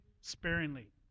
sparingly